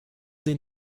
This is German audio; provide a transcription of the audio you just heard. den